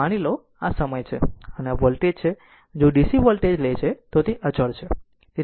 માની લો આ સમય છે અને આ વોલ્ટેજ છે અને જો DC વોલ્ટેજ લે છે તો તે અચળ છે